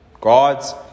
God's